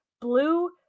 blue